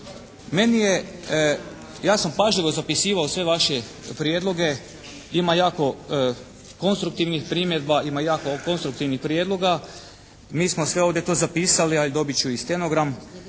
ja sam pažljivo zapisivao sve vaše prijedloge. Ima jako konstruktivnih primjedba, ima jako konstruktivnih prijedloga. Mi smo sve ovdje to zapisali a dobit ću i stenogram.